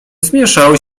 zmieszały